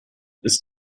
ist